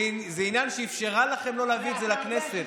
זה עניין שהיא אפשרה לכם לא להביא את זה לכנסת.